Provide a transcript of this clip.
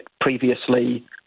previously